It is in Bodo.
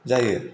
जायो